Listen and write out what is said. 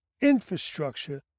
infrastructure